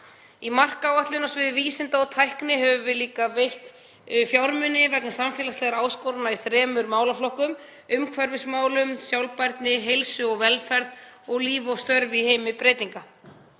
Í Markáætlun á sviða vísinda, tækni og nýsköpunar höfum við líka veitt fjármuni vegna samfélagslegra áskorana í þremur málaflokkum: umhverfismálum og sjálfbærni, heilsu og velferð og lífi og störfum í heimi breytinga.